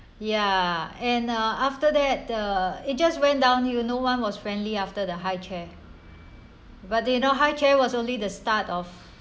ya and uh after that uh it just went downhill no one was friendly after the high chair but do you know high chair was only the start of